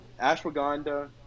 ashwagandha